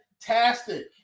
fantastic